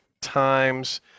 times